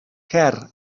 cer